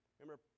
Remember